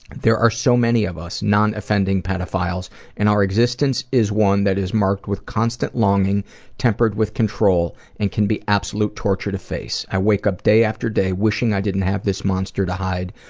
there are so many of us non-offending pedophiles and our existence is one that is marked with constant longing tempered with control and can be absolute torture to face. i wake up day after day wishing i didn't have this monster to hide,